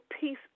peace